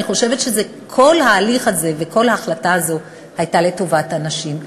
אני חושבת שכל ההליך הזה וכל ההחלטה הזאת הייתה לטובת הנשים.